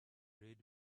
read